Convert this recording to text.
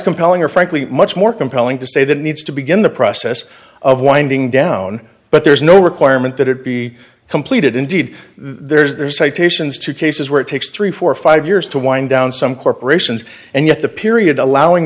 compelling or frankly much more compelling to say that needs to begin the process of winding down but there's no requirement that it be completed indeed there's citations to cases where it takes three four five years to wind down some corporations and yet the period allowing